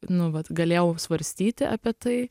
nu vat galėjau svarstyti apie tai